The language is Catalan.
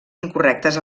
incorrectes